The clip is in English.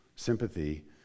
sympathy